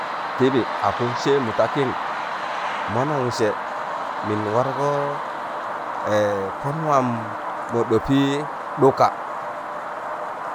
Tịbị apụn seịmụ takịn mọnon sẹ mịn wargọọ pọn waam mọ ɗọpịị ɗụka